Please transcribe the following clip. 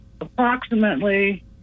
approximately